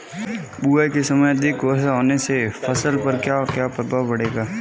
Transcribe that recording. बुआई के समय अधिक वर्षा होने से फसल पर क्या क्या प्रभाव पड़ेगा?